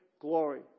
glory